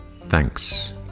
Thanks